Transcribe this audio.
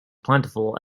plentiful